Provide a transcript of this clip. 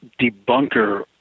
debunker